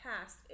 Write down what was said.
past